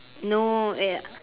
no eh